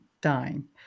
dying